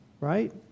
right